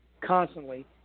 Constantly